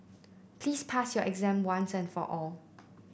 please pass your exam once and for all